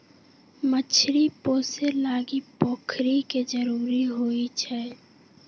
मछरी पोशे लागी पोखरि के जरूरी होइ छै